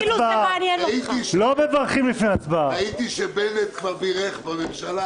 הנושא הראשון על סדר-היום הוא בחירת יושבת-ראש לוועדה המסדרת,